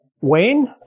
Wayne